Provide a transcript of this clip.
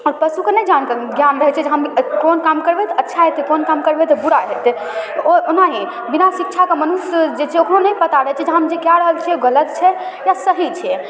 आओर पशुके नहि जान ज्ञान रहै छै जे हम कोनो काम करबै तऽ अच्छा हेतै कोन काम करबै तऽ बुरा हेतै ओना नहि बिना शिक्षाके मनुष्य जे छै ओकरो नहि पता रहै छै हम जे कऽ रहल छिए ओ गलत छै या सही छै